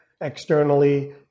externally